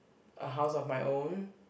a house of my own